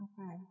Okay